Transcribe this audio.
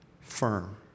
firm